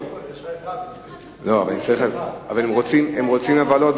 לפי איך שמאירה את